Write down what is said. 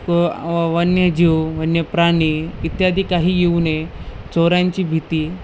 व व वन्यजीव वन्यप्राणी इत्यादी काही येणे चोऱ्यांची भीती